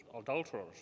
adulterers